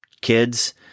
kids